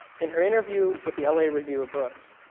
in her interview with the la review of books,